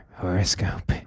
horoscope